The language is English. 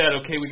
okay